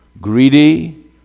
greedy